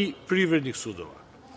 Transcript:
i privrednih sudova;